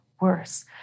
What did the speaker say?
worse